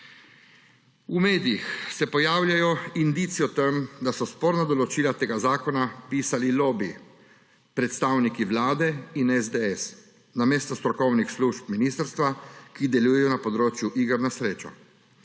V medijih se pojavljajo indici o tem, da so sporna določila tega zakona pisali lobiji, predstavniki Vlade in SDS namesto strokovnih služb ministrstva, ki delujejo na področju iger na srečo.